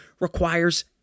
requires